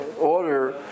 order